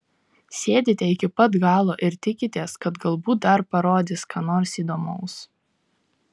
sėdite iki pat galo ir tikitės kad galbūt dar parodys ką nors įdomaus